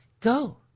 go